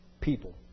people